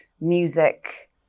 music